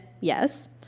yes